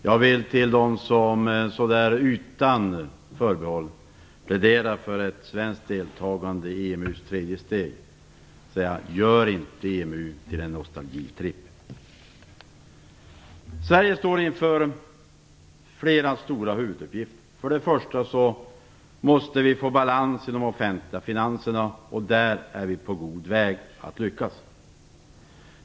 Jag vill till dem som utan förbehåll pläderar för ett svenskt deltagande i EMU:s tredje steg säga: Gör inte EMU till en nostalgitripp! Sverige står inför flera stora huvuduppgifter. För det första måste vi få balans i de offentliga finanserna. Där är vi på god väg att lyckas.